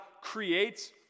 creates